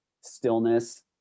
stillness